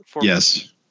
Yes